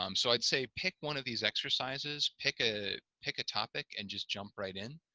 um so i'd say pick one of these exercises, pick ah pick a topic and just jump right in,